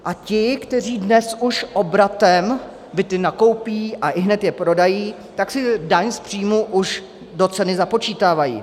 A ti, kteří dnes už obratem byty nakoupí a ihned je prodají, tak si daň z příjmů už do ceny započítávají.